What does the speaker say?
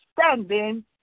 standing